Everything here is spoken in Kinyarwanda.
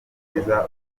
mwiza